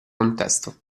contesto